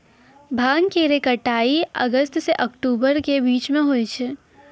भांग केरो कटाई अगस्त सें अक्टूबर के बीचो म होय छै